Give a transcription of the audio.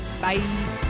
Bye